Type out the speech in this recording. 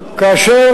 שאנחנו מעריכים כרגע